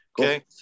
Okay